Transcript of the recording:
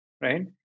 right